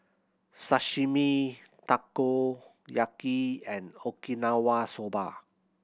Sashimi Takoyaki and Okinawa Soba